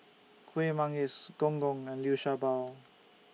Kueh Manggis Gong Gong and Liu Sha Bao